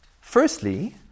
firstly